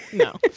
no.